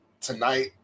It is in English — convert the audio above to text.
tonight